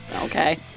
okay